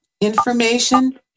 information